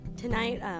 Tonight